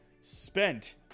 spent